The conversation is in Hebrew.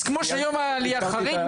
אז כמו שיום העלייה חריג,